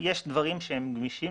יש דברים שהם גמישים.